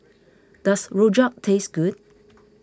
does Rojak taste good